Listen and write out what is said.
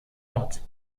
ort